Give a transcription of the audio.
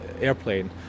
airplane